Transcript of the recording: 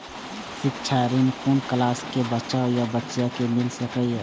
शिक्षा ऋण कुन क्लास कै बचवा या बचिया कै मिल सके यै?